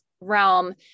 realm